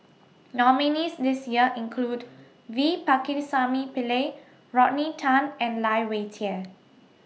nominees' list This Year include V Pakirisamy Pillai Rodney Tan and Lai Weijie